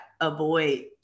avoid